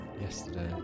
yesterday